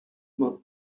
but